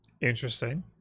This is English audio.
Interesting